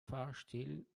fahrstil